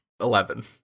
Eleven